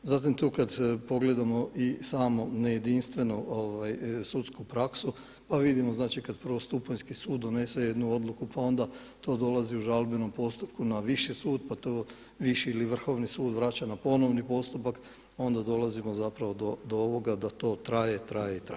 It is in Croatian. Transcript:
Zatim kada tu pogledamo i samo nejedinstvenu sudsku praksu, pa vidimo znači kada prvostupanjski sud donese jednu odluku, pa onda to dolazi u žalbenom postupku na viši sud, pa to viši ili Vrhovni vraća na ponovni postupak onda dolazimo zapravo do ovoga da to traje, traje i traje.